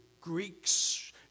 Greeks